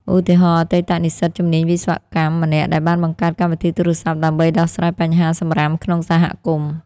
ឧទាហរណ៍ អតីតនិស្សិតជំនាញវិស្វកម្មម្នាក់ដែលបានបង្កើតកម្មវិធីទូរស័ព្ទដើម្បីដោះស្រាយបញ្ហាសំរាមក្នុងសហគមន៍។